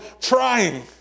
trying